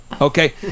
Okay